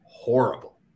Horrible